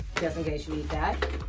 just in case you need that.